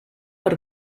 per